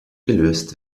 gelöst